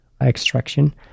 extraction